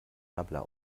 nabla